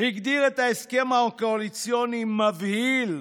הגדיר את ההסכם הקואליציוני "מבהיל":